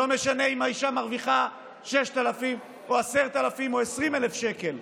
לא משנה אם האישה מרוויחה 6,000 או 10,000 או 20,000 שקלים.